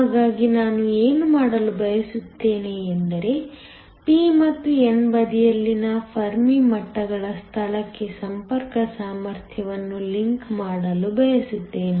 ಹಾಗಾಗಿ ನಾನು ಏನು ಮಾಡಲು ಬಯಸುತ್ತೇನೆ ಎಂದರೆ p ಮತ್ತು n ಬದಿಯಲ್ಲಿನ ಫರ್ಮಿ ಮಟ್ಟಗಳ ಸ್ಥಳಕ್ಕೆ ಸಂಪರ್ಕ ಸಾಮರ್ಥ್ಯವನ್ನು ಲಿಂಕ್ ಮಾಡಲು ಬಯಸುತ್ತೇನೆ